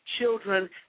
children